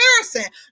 comparison